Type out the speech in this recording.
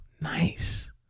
nice